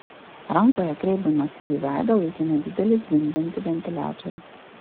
rankoje kreipdamas jį į veidą laikė nedidelį zvimbiantį ventiliatorių